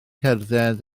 cerdded